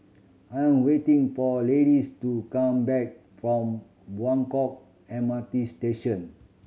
I'm waiting for Laddies to come back from Buangkok M R T Station